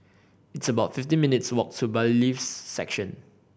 it's about fifteen minutes' walk to Bailiffs' Section